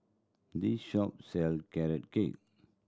this shop sell Carrot Cake